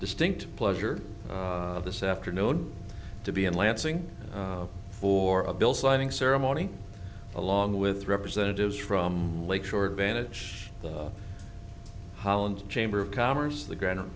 distinct pleasure of this afternoon to be in lansing for a bill signing ceremony along with representatives from lakeshore advantage holland chamber of commerce the grand